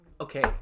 okay